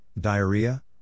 diarrhea